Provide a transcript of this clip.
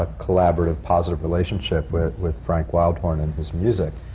ah collaborative, positive relationship with with frank wildhorn and his music.